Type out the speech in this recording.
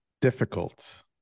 difficult